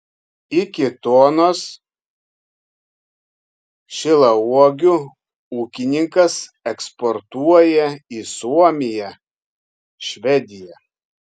iki tonos šilauogių ūkininkas eksportuoja į suomiją švediją